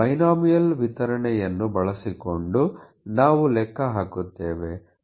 binomial ವಿತರಣೆಯನ್ನು ಬಳಸಿಕೊಂಡು ನಾವು ಲೆಕ್ಕ ಹಾಕುತ್ತೇವೆ